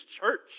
church